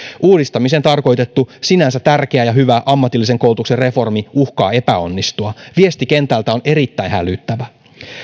uudistamiseen tarkoitettu sinänsä tärkeä ja hyvä ammatillisen koulutuksen reformi uhkaa epäonnistua viesti kentältä on erittäin hälyttävä